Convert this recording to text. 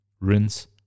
Rinse